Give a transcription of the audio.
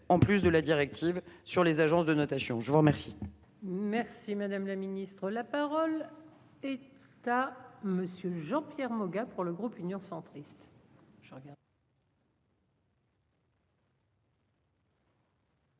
en plus de la directive sur les agences de notation. Je vous remercie. Merci, madame la Ministre, la parole est ta monsieur Jean-Pierre Moga, pour le groupe Union centriste,